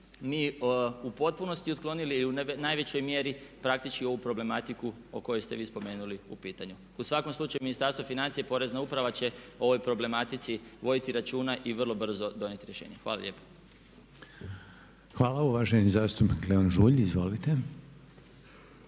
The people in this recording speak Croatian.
mi u potpunosti otklonili i u najvećoj mjeri praktički ovu problematiku koju ste vi spomenuli u pitanju. U svakom slučaju, Ministarstvo financija i porezna uprava će o ovoj problematici voditi računa i vrlo brzo donijeti rješenje. Hvala lijepo. **Reiner, Željko (HDZ)** Hvala. Uvaženi zastupnik Leon Žulj. Izvolite.